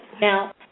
Now